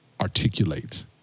articulate